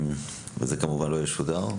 זה כמובן לא ישודר.